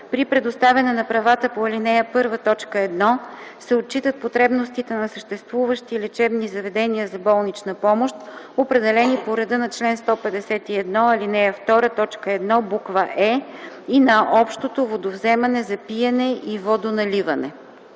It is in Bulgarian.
При предоставяне на правата по ал. 1, т. 1 се отчитат потребностите на съществуващи лечебни заведения за болнична помощ, определени по реда на чл. 151, ал. 2, т. 1, буква „е” и на общото водовземане за пиене и водоналиване.”